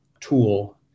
tool